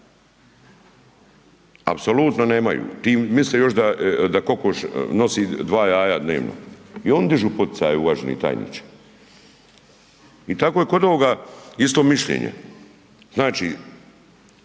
Apsolutno nemaju, misle još da kokoš nosi 2 jaja dnevno i oni dižu poticaje, uvaženi tajniče. I tako je kod ovoga isto mišljenje. Znači,